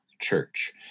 church